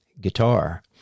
guitar